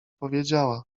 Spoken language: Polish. powiedziała